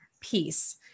peace